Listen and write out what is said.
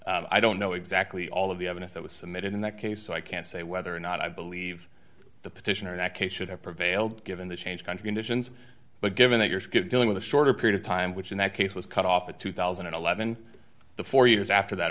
met i don't know exactly all of the evidence that was submitted in that case so i can't say whether or not i believe the petitioner in that case should have prevailed given the change country conditions but given that you're dealing with a shorter period of time which in that case was cut off at two thousand and eleven the four years after that